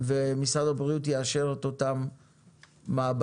ומשרד הבריאות יאשר את אותן מעבדות